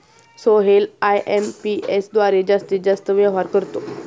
Sohail IMPS द्वारे जास्तीत जास्त व्यवहार करतो